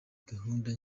gahunda